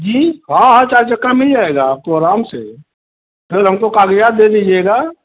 जी हाँ हाँ चार चक्का नहीं आएगा हाँ तो आराम से सर हमको काग़ज़ात दे दीजिएगा